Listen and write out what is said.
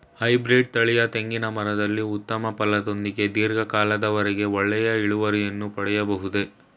Hybrid ತಳಿಯ ತೆಂಗಿನ ಮರದಲ್ಲಿ ಉತ್ತಮ ಫಲದೊಂದಿಗೆ ಧೀರ್ಘ ಕಾಲದ ವರೆಗೆ ಒಳ್ಳೆಯ ಇಳುವರಿಯನ್ನು ಪಡೆಯಬಹುದೇ?